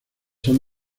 son